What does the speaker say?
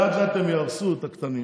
לאט-לאט הם יהרסו את הקטנים.